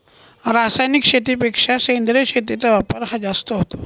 रासायनिक शेतीपेक्षा सेंद्रिय शेतीचा वापर हा जास्त होतो